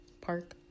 Park